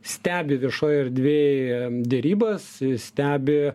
stebi viešoj erdvėj derybas stebi